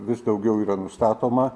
vis daugiau yra nustatoma